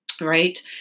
Right